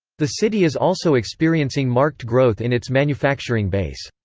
the city is also experiencing marked growth in its manufacturing base.